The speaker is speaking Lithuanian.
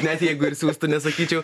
net jeigu ir siųstų nesakyčiau